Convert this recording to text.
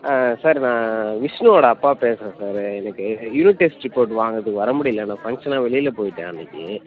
ஆ sir நான் விஷ்ணுவோட அப்பா பேசுகிறேன் சார் எனக்கு யூனிட் டெஸ்ட் ரிப்போட் வாங்கறதுக்கு வர முடியல நான் ஃபங்க்ஷனா வெளியில் போயிவிட்டேன் அன்னிக்கு